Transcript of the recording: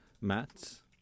mats